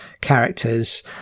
characters